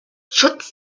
schutz